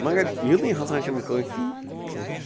مگر یوٗتٕے ہَسا چھُنہٕ کٲفی کیٚنٛہہ